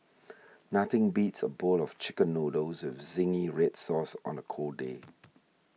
nothing beats a bowl of Chicken Noodles with Zingy Red Sauce on a cold day